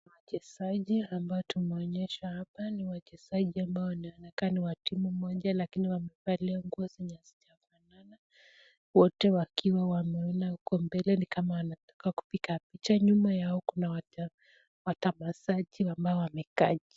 Wachezaji tumeonyeshwa hapa ambao wanaonekana ni wa timu moja lakini wamevalia nguo zenye zimefanana wote wakiwa wameona huku mbele wakiwa kwa kupiga picha nyuma yao, kuna watazamaji ambao wamekaa chini.